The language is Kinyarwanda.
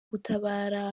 gutabara